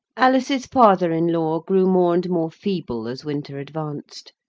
alice's father-in-law grew more and more feeble as winter advanced.